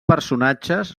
personatges